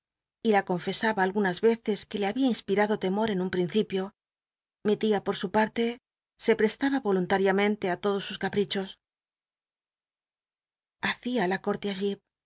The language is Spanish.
y la con resaba algunas veces que le babia inspilado temor en un principio mi tia por su parte se prestaba rolunlariamcntc i todos sus caprichos hacia la